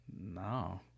No